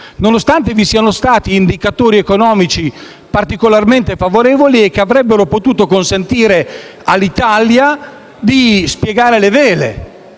Nonostante vi siano stati indicatori economici particolarmente favorevoli e che avrebbero potuto consentire all'Italia di spiegare le vele